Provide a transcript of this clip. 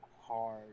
hard